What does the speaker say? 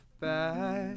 back